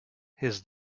his